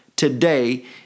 today